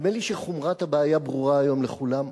נדמה לי שחומרת הבעיה ברורה היום לכולם,